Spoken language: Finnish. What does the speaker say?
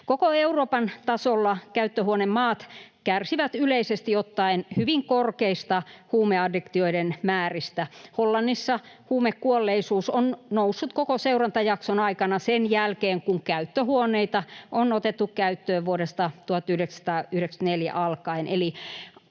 Koko Euroopan tasolla käyttöhuonemaat kärsivät yleisesti ottaen hyvin korkeista huumeaddiktioiden määristä. Hollannissa huumekuolleisuus on noussut koko seurantajakson aikana sen jälkeen, kun käyttöhuoneita on otettu käyttöön vuodesta 1994 alkaen,